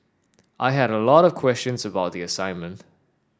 I had a lot of questions about the assignment